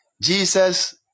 Jesus